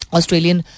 Australian